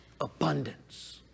Abundance